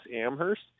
Amherst